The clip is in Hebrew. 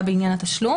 נוגע בעניין התשלום,